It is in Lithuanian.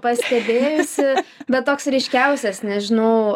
pastebėjusi bet toks ryškiausias nežinau